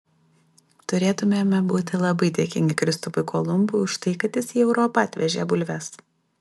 turėtumėme būti labai dėkingi kristupui kolumbui už tai kad jis į europą atvežė bulves